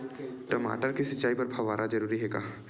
टमाटर के सिंचाई बर फव्वारा जरूरी हे का?